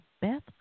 Beth